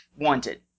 wanted